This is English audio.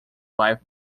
wife